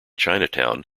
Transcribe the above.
chinatown